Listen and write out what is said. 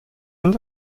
sind